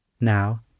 Now